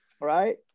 right